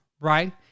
right